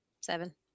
seven